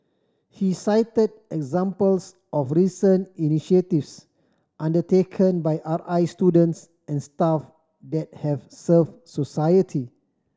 he cited examples of recent initiatives undertaken by R I students and staff that have served society